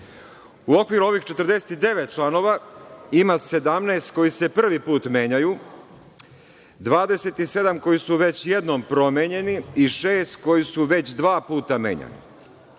U okviru ovih 49 članova ima 17 koji se prvi put menjaju, 27 koji su već jednom promenjeni i šest koji su već dva puta menjani.